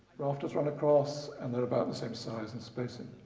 rafters run across and they're about the same size and spacing.